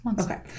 okay